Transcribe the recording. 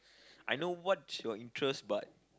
I know what's your interest but